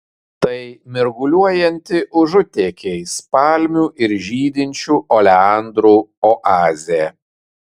tai mirguliuojanti užutėkiais palmių ir žydinčių oleandrų oazė